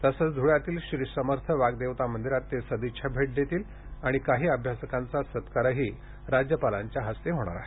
तसेच धुळ्यातील श्री समर्थ वाग्देवता मंदिरात सदिच्छा भेट देतील तसेच काही अभ्यासकांचा सत्कारही राज्यपालांच्या हस्ते होणार आहे